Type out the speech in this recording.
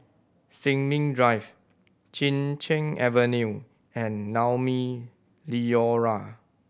Sin Ming Drive Chin Cheng Avenue and Naumi Liora